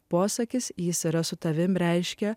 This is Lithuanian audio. posakis jis yra su tavimi reiškia